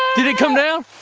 did it come down?